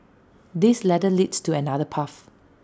this ladder leads to another path